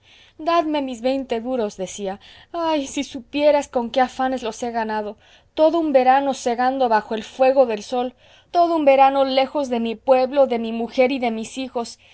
dadme mis veinte duros decía ah si supierais con qué afanes los he ganado todo un verano segando bajo el fuego del sol todo un verano lejos de mi pueblo de mi mujer y de mis hijos